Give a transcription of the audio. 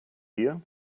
bier